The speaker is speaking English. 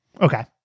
Okay